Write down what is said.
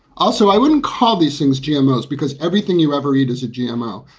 also, i wouldn't call these things gmo because everything you ever eat is a gmo.